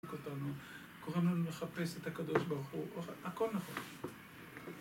קוראים לנו לחפש את הקדוש ברוך הוא, הכל נכון